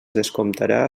descomptarà